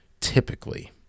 Typically